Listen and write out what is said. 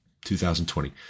2020